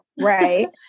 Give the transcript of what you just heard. Right